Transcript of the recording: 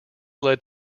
led